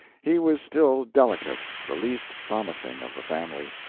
he was still delicate the least promising of the family.